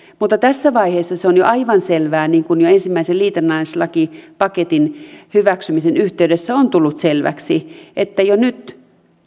mutta tässä vaiheessa se on jo aivan selvää niin kuin jo ensimmäisen liitännäislakipaketin hyväksymisen yhteydessä on tullut selväksi että jo nyt